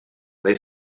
they